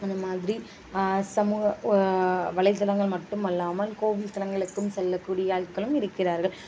அந்தமாதிரி சமூக வலைத்தளங்கள் மட்டும் அல்லாமல் கோவில் தளங்களுக்கும் செல்லக்கூடிய ஆட்களும் இருக்கிறார்கள்